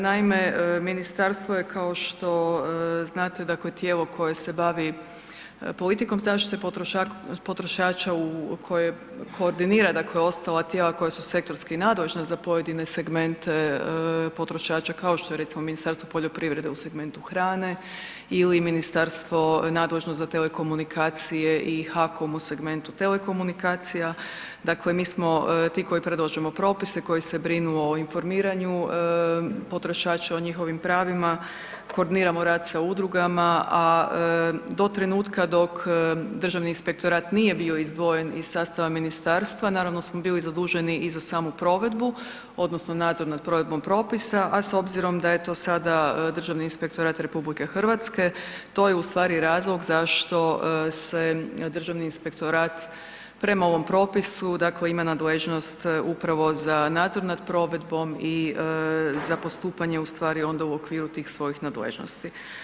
Naime, ministarstvo je kao što znate dakle tijelo koje se bavi politikom zaštite potrošača, koje koordinira dakle ostala tijela koja su sektorski nadležna za pojedine segmente potrošača kao što je recimo Ministarstvo poljoprivrede u segmentu hrane ili ministarstvo nadležno za telekomunikacije i HAKOM u segmentu telekomunikacija, dakle mi smo ti koji predlažemo propise koji se brinu o informiranju potrošača, o njihovim pravima, koordiniramo rad sa udrugama, a do trenutka dok Državni inspektorat nije bio izdvojen iz sastava ministarstva naravno smo bili zaduženi i za samu provedbu odnosno nadzor nad provedbom propisa, a s obzirom da je to sada Državni inspektorat RH to je ustvari razlog zašto se Državni inspektorat prema ovom propisu dakle ima nadležnost upravo za nadzor nad provedbom i za postupanje ustvari onda u okviru tih svojih nadležnosti.